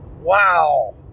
Wow